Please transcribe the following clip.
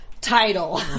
Title